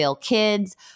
Kids